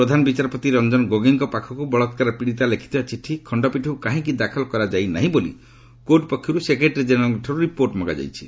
ପ୍ରଧାନ ବିଚାରପତି ରଞ୍ଜନ ଗୋଗୋଇଙ୍କ ପାଖକୁ ବଳାକ୍କାର ପୀଡ଼ିତା ଲେଖିଥିବା ଚିଠି ଖଣ୍ଡପୀଠକୁ କାହିଁକି ଦାଖଲ କରାଯାଇ ନାହିଁ ବୋଲି କୋର୍ଟ ପକ୍ଷରୁ ସେକ୍ରେଟାରୀ ଜେନେରାଲ୍ଙ୍କଠାରୁ ରିପୋର୍ଟ ମଗାଯାଇଛି